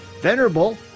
Venerable